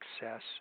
success